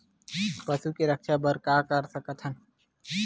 पशु के रक्षा बर का कर सकत हन?